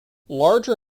larger